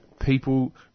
people